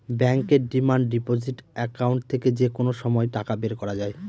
ব্যাঙ্কের demand deposit account থেকে যে কোনো সময় টাকা বের করা যায়